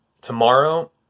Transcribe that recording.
tomorrow